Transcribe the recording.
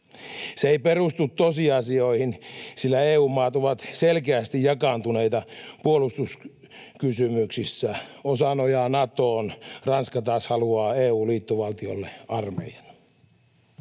Se ei perustu tosiasioihin, sillä EU-maat ovat selkeästi jakaantuneita puolustuskysymyksissä: osa nojaa Natoon, Ranska taas haluaa EU-liittovaltiolle armeijan.